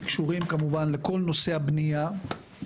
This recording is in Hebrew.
קשורים לכל נושא הבנייה.